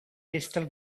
crystal